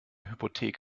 hypothek